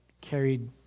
carried